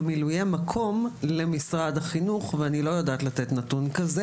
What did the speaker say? במילואי המקום למשרד החינוך ואני לא יודעת להציג נתון כזה